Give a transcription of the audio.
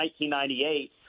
1998